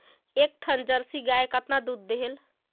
एक ठन जरसी गाय कतका दूध देहेल?